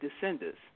descendants